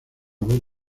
voz